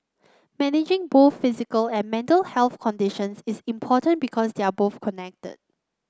managing both physical and mental health conditions is important because they are both connected